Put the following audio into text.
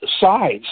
sides